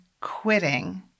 quitting